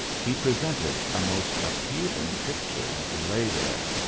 he presented a most appealing picture as he lay there,